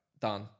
done